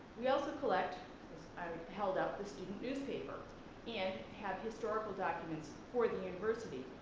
we also collect, as i held up the student newspaper and had historical documents for the university,